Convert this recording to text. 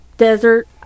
desert